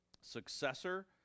successor